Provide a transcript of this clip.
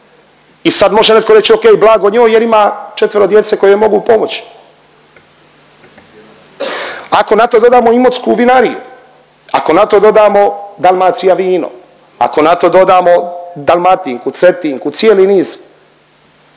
i sad može netko reć, okej blago njoj jer ima 4-ero djece koja joj mogu pomoći. Ako na to dodamo Imotsku vinariju, ako na to dodamo Dalmacija vino, ako na to dodamo Dalmatinku, Cetinku, cijeli niz